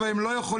אבל הם לא יכולים,